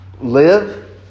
live